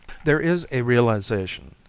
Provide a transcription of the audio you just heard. there is a realization,